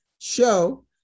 show